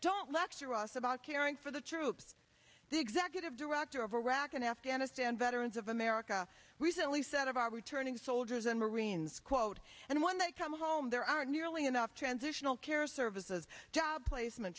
don't lecture us about caring for the troops the executive director of iraq and afghanistan veterans of america recently said of our returning soldiers and marines quote and when they come home there aren't nearly enough transitional care services job placement